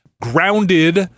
Grounded